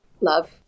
love